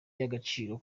y’agaciro